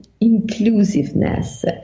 inclusiveness